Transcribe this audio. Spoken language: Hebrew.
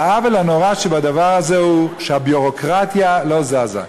העוול הנורא שבדבר הזה הוא שהביורוקרטיה לא זזה.